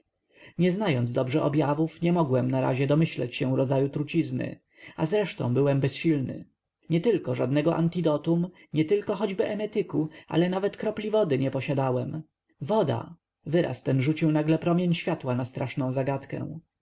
nie znając dobrze objawów nie mogłem narazie domyśleć się rodzaju trucizny a zresztą byłem bezsilny nietylko żadnego antidotum nietylko choćby emetyku ale nawet kropli wody nie posiadałem woda wyraz ten rzucił nagle promień światła na straszną zagadkę